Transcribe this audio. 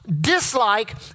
dislike